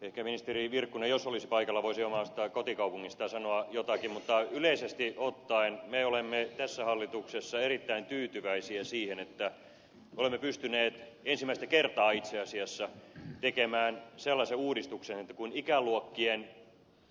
ehkä ministeri virkkunen jos olisi paikalla voisi omasta kotikaupungistaan sanoa jotakin mutta yleisesti ottaen me olemme tässä hallituksessa erittäin tyytyväisiä siihen että olemme pystyneet ensimmäistä kertaa itse asiassa tekemään sellaisen uudistuksen että kun ikäluokkien